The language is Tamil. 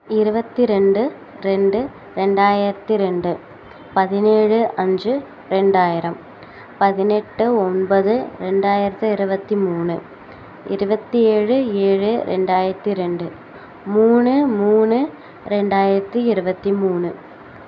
இருபத்தி ரெண்டு ரெண்டு ரெண்டாயிரத்து ரெண்டு பதினேழு அஞ்சு ரெண்டாயிரம் பதினெட்டு ஒன்பது ரெண்டாயிரத்து இருபத்தி மூணு இருபத்தி ஏழு ஏழு ரெண்டாயிரத்து ரெண்டு மூணு மூணு ரெண்டாயிரத்து இருபத்தி மூணு